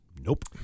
Nope